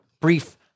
brief